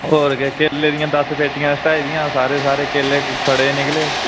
होर के केले दियां दस पेटियां सटाई दियां सारे सारे केले सड़े दे निकले